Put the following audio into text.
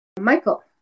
Michael